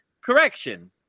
Correction